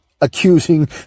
accusing